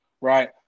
right